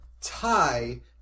tie